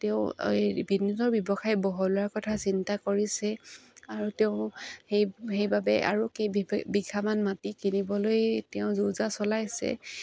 তেওঁ এই ব্যৱসায় বহলোৱাৰ কথা চিন্তা কৰিছে আৰু তেওঁ সেই সেইবাবে আৰু কেই বিঘামান মাটি কিনিবলৈ তেওঁ যো জা চলাইছে